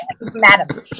Madam